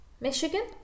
Michigan